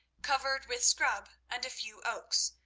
covered with scrub and a few oaks,